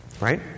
Right